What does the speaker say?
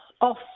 off